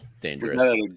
dangerous